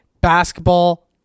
basketball